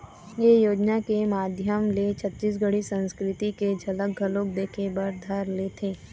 ए योजना के माधियम ले छत्तीसगढ़ी संस्कृति के झलक घलोक दिखे बर धर लेथे